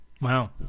Wow